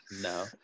No